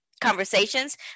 conversations